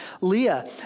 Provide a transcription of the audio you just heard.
Leah